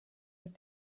were